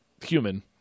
human